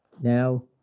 now